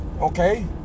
okay